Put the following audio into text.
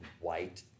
white